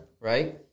Right